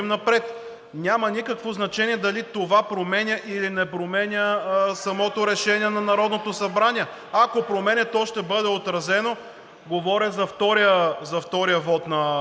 Няма никакво значение дали това променя, или не променя самото решение на Народното събрание. Ако променя, то ще бъде отразено, говоря за втория вот – при